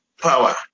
power